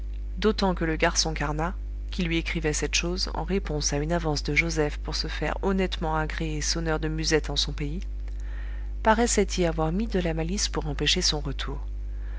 d'autant que le garçon carnat qui lui écrivait cette chose en réponse à une avance de joseph pour se faire honnêtement agréer sonneur de musette en son pays paraissait y avoir mis de la malice pour empêcher son retour